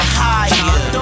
higher